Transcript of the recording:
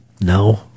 No